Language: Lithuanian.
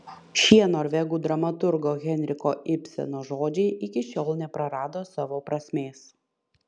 šie norvegų dramaturgo henriko ibseno žodžiai iki šiol neprarado savo prasmės